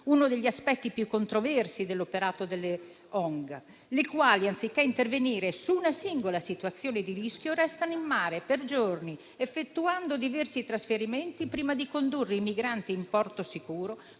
uno degli aspetti più controversi dell'operato delle ONG, le quali, anziché intervenire su una singola situazione di rischio, restano in mare per giorni, effettuando diversi trasferimenti prima di condurre i migranti in un porto sicuro,